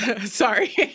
Sorry